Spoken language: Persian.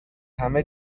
همه